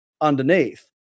underneath